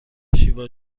شیوا